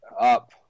up